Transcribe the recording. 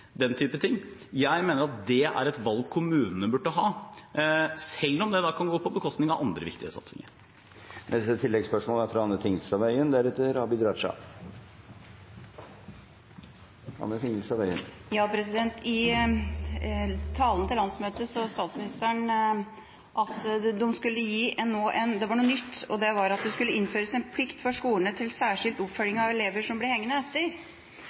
den type ting. Jeg mener at det er et valg kommunene burde ha, selv om det da kan gå på bekostning av andre viktige satsinger. Anne Tingelstad Wøien – til oppfølgingsspørsmål. I talen til landsmøtet sa statsministeren at det – det var noe nytt – skal innføres en plikt for skolene til særskilt oppfølging av elever som blir hengende etter.